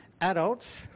Adults